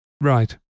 Right